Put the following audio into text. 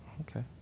Okay